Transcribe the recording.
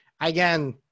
again